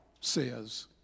says